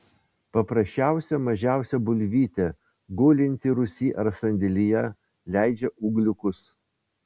paprasčiausia mažiausia bulvytė gulinti rūsy ar sandėlyje leidžia ūgliukus